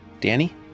Danny